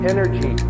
energy